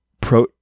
pro